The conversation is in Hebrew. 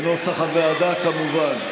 כנוסח הוועדה, כמובן.